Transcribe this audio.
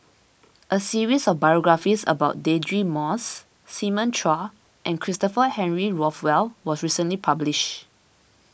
a series of biographies about Deirdre Moss Simon Chua and Christopher Henry Rothwell was recently published